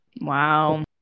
Wow